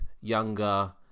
younger